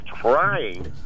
trying